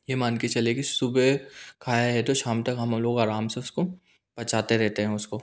ये मान के चलिए कि सुबह खाया है तो शाम तक हम लोग आराम से उसको पचाते रहते हैं उसको